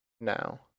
now